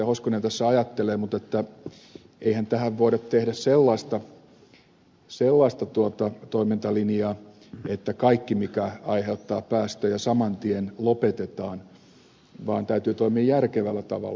hoskonen tässä ajattelee mutta eihän tähän voida tehdä sellaista toimintalinjaa että kaikki mikä aiheuttaa päästöjä saman tien lopetetaan vaan täytyy toimia järkevällä tavalla